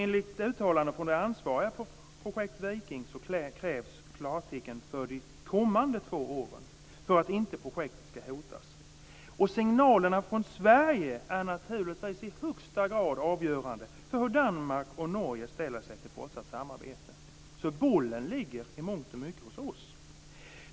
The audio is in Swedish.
Enligt uttalanden från ansvariga inom Projekt Viking krävs klartecken för de kommande två åren för att projektet inte skall hotas. Signalerna från Sverige är i högsta grad avgörande för hur Danmark och Norge ställer sig till fortsatt samarbete. Bollen ligger i mångt och mycket hos oss.